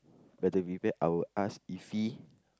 but to prepare I will ask iffy